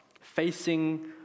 facing